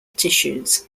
tissues